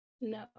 no